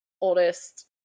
oldest